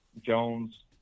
Jones